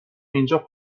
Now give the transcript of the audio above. اینجا